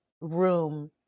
room